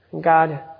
God